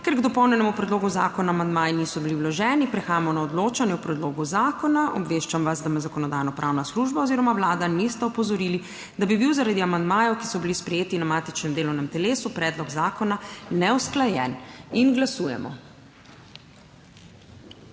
Ker k dopolnjenemu predlogu zakona amandmaji niso bili vloženi, prehajamo na odločanje o predlogu zakona. Obveščam vas, da me Zakonodajno-pravna služba oziroma Vlada nista opozorili, da bi bil, zaradi amandmajev, ki so bili sprejeti na matičnem delovnem telesu, predlog zakona neusklajen. Glasujemo.